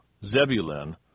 Zebulun